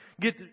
get